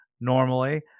normally